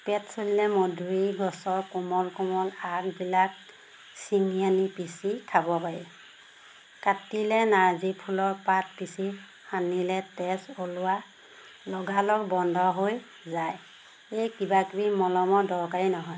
পেট চলিলে মধুৰী গছৰ কোমল কোমল আগবিলাক ছিঙি আনি পিচি খাব পাৰি কাটিলে নাৰ্জী ফুলৰ পাত পিচি সানিলে তেজ ওলোৱা লগালগ বন্ধ হৈ যায় এই কিবাকিবি মলমৰ দৰকাৰেই নহয়